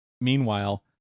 meanwhile